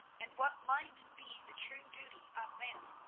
and what might be the true duty of man.